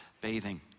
bathing